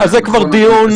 זה כבר דיון